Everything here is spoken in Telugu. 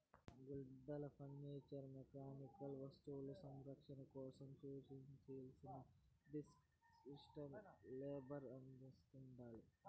గుడ్డలు ఫర్నిచర్ మెకానికల్ వస్తువులు సంరక్షణ కోసం సూచనలని డిస్క్రిప్టివ్ లేబుల్ అందిస్తాండాది